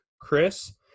Chris